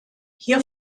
hier